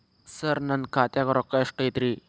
ಸರ ನನ್ನ ಖಾತ್ಯಾಗ ರೊಕ್ಕ ಎಷ್ಟು ಐತಿರಿ?